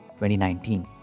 2019